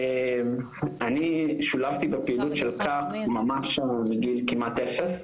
אני שולבתי בפעילות של כך ממש מגיל כמעט אפס,